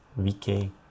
VK